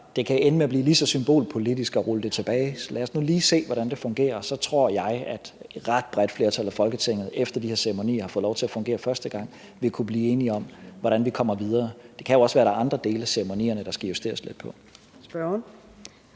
det kan ende med at blive lige så symbolpolitisk at rulle det tilbage, så lad os nu lige se, hvordan det fungerer. Og så tror jeg, at et ret bredt flertal i Folketinget, efter de her ceremonier har fået lov til at fungere første gang, vil kunne blive enige om, hvordan vi kommer videre. Det kan jo også være, at der er andre dele af ceremonierne, der skal justeres lidt på. Kl.